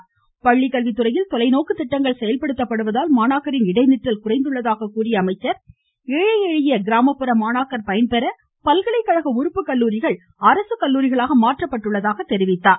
மேலும் பள்ளிக்கல்வித்துறையில் தொலைநோக்கு திட்டங்கள் செயல்படுத்தப்படுவதால் மாணாக்கரின் இடைநிற்றல் குறைந்துள்ளதாக கூறிய அவர் ஏழை எளிய கிராமப்புற மாணாக்கர் பயன்பெற பல்கலைகழக உறுப்புக்கல்லூரிகள் அரசுக் கல்லூரிகளாக மாற்றப்பட்டுள்ளதாக தெரிவித்தார்